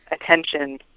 attention